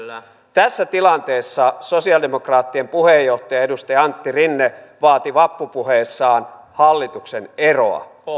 tässä tilanteessa sosiaalidemokraattien puheenjohtaja edustaja antti rinne vaati vappupuheessaan hallituksen eroa